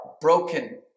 broken